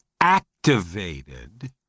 activated